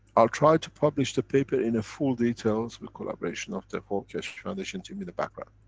i'll try to publish the paper in a full details with collaboration of the whole keshe foundation team in the background